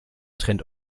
trennt